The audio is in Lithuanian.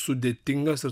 sudėtingas ir